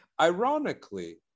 ironically